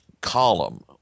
column